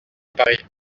paris